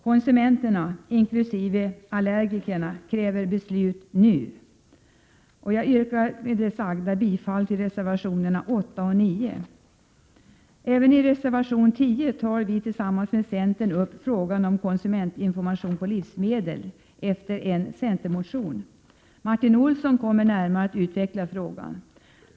Konsumenterna, inkl. allergikerna, kräver beslut nu. Jag yrkar med det sagda bifall till reservationerna 8 och 9. Även i reservation 10 tar vi, tillsammans med centern, upp frågan om konsumentinformation på livsmedel — efter förslag i en centermotion. Martin Olsson kommer närmare att utveckla den frågan.